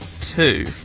two